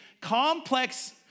complex